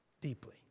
deeply